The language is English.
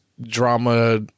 drama